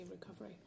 recovery